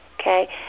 Okay